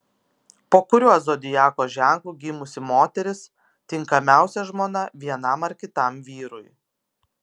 po kuriuo zodiako ženklu gimusi moteris tinkamiausia žmona vienam ar kitam vyrui